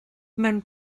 mewn